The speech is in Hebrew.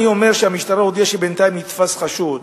אני אומר שהמשטרה הודיעה שבינתיים נתפס חשוד,